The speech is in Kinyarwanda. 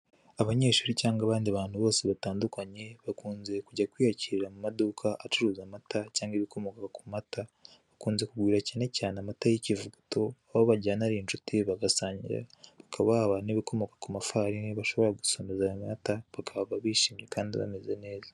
Abanyeshuri cyangwa abandi bantu bose batandukanye bakunze kujya kwiyakirira mu maduka acuruza amata cyangwa ibikomoka ku mata, bakunze kugura cyane cyane amata y'ikivuguto, aho bajyana ari inshuti bagasangira. Bakaba babaha n'ibikomoka ku mafarini bashobora gusomeza ayo mata bakahava bishimye kandi bameze neza.